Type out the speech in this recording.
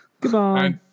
Goodbye